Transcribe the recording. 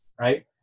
Right